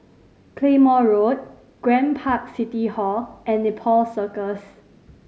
Claymore Road Grand Park City Hall and Nepal Circus